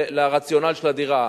לרציונל של הדירה.